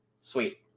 Sweet